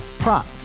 Prop